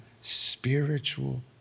spiritual